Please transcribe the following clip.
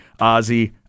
Ozzy